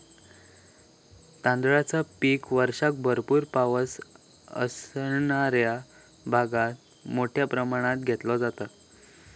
तांदळाचा पीक वर्षाक भरपूर पावस असणाऱ्या भागात मोठ्या प्रमाणात घेतला जाता